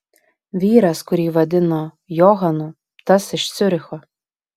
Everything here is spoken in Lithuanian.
vyras kurį vadino johanu tas iš ciuricho